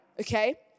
Okay